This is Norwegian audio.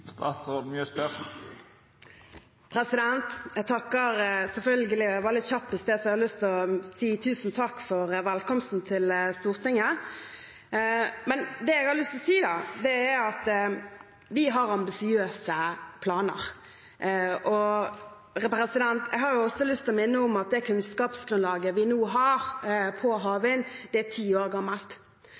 Jeg takker, selvfølgelig. Jeg var litt kjapp i sted, så jeg har lyst til å si tusen takk for velkomsten til Stortinget. Det jeg har lyst til å si, er at vi har ambisiøse planer. Jeg har også lyst til å minne om at det kunnskapsgrunnlaget vi nå har om havvind, er ti år gammelt.